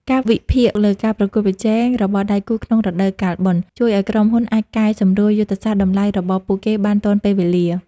ការវិភាគលើការប្រកួតប្រជែងរបស់ដៃគូក្នុងរដូវកាលបុណ្យ ជួយឱ្យក្រុមហ៊ុនអាចកែសម្រួលយុទ្ធសាស្ត្រតម្លៃរបស់ពួកគេបានទាន់ពេលវេលា។